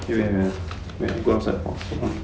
okay wait ah wait ah go outside for awhile hold on